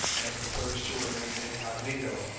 and prefers to remain incognito.